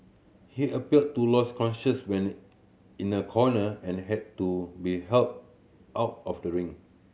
he appeared to lose consciousness when in a corner and had to be helped out of the ring